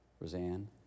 Roseanne